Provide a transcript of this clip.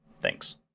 Thanks